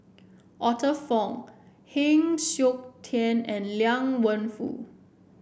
Arthur Fong Heng Siok Tian and Liang Wenfu